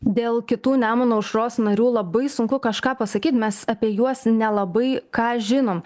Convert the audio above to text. dėl kitų nemuno aušros narių labai sunku kažką pasakyt mes apie juos nelabai ką žinom